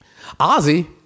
Ozzy